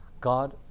god